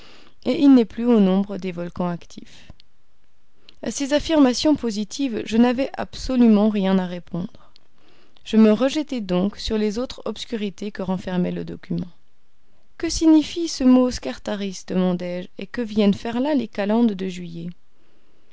et il n'est plus au nombre des volcans actifs à ces affirmations positives je n'avais absolument rien à répondre je me rejetai donc sur les autres obscurités que renfermait le document que signifie ce mot scartaris demandai-je et que viennent faire là les calendes de juillet